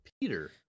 Peter